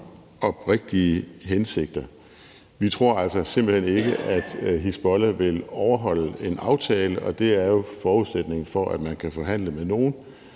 oprigtige hensigter. Vi tror altså simpelt hen ikke, at Hizbollah vil overholde en aftale, og det er jo forudsætningen for, at man kan forhandle med nogen,